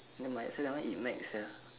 nevermind so that one eat Mac sia